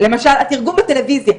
למשל התרגום בטלויזיה,